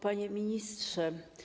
Panie Ministrze!